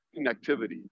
connectivity